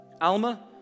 Alma